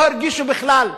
לא הרגישו בכלל.